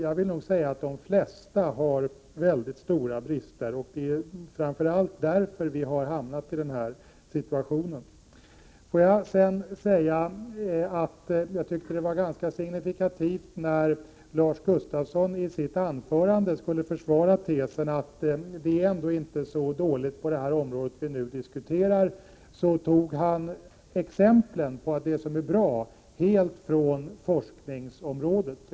Jag vill dock säga att de flesta har väldigt stora brister. Därför har vi hamnat i denna situation. Får jag sedan säga att det var ganska signifikativt att när Lars Gustafsson i sitt anförande skulle försvara tesen att det ändå inte var så dåligt på det område som vi nu diskuterar, så tog han exempel på det som är bra helt från forskningsområdet.